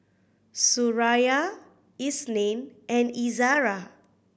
Suraya Isnin and Izara